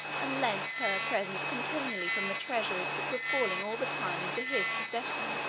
and sent her presents continually from the treasures which were falling all the time into his possession.